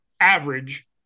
average